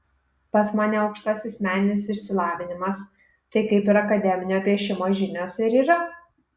pas mane aukštasis meninis išsilavinimas tai kaip ir akademinio piešimo žinios ir yra